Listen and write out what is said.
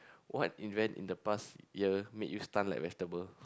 what event in the past year make you stunt like vegetable